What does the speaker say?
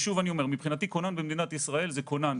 הודעה - ואני אומר שוב: מבחינתי כונן במדינת ישראל זה כונן,